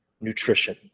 nutrition